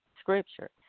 scripture